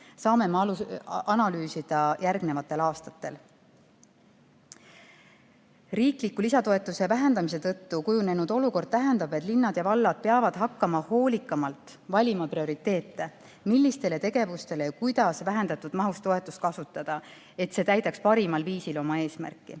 saame analüüsida järgmistel aastatel. Riikliku lisatoetuse vähendamise tõttu kujunenud olukord tähendab, et linnad ja vallad peavad hakkama hoolikamalt valima prioriteete, millistele tegevustele ja kuidas vähendatud mahus toetust kasutada, et see täidaks parimal viisil oma eesmärki.